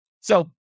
So-